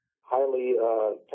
highly